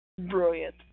brilliant